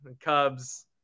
Cubs